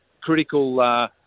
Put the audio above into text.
critical